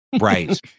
Right